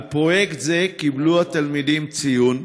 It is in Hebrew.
על פרויקט זה קיבלו התלמידים ציון.